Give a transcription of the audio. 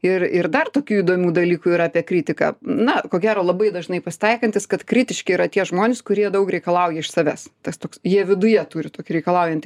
ir ir dar tokių įdomių dalykų yra apie kritiką na ko gero labai dažnai pasitaikantys kad kritiški yra tie žmonės kurie daug reikalauja iš savęs tas toks jie viduje turi tokį reikalaujantį